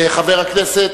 חבר הכנסת